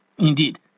Indeed